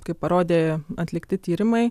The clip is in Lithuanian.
kaip parodė atlikti tyrimai